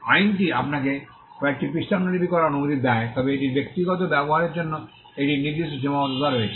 আইনটি আপনাকে কয়েকটি পৃষ্ঠা অনুলিপি করার অনুমতি দেয় তবে এটির ব্যক্তিগত ব্যবহারের জন্য এটির নির্দিষ্ট সীমাবদ্ধতা রয়েছে